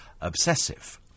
obsessive